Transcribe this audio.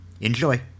Enjoy